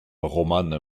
romane